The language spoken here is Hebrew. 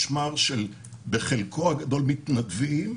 שבחלקו הגדול מתנדבים,